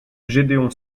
gédéon